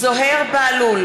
זוהיר בהלול,